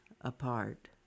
apart